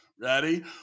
Ready